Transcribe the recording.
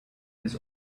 his